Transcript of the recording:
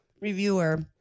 reviewer